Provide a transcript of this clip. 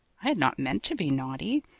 i had not meant to be naughty.